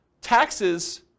taxes